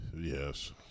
Yes